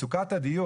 מצוקת הדיור,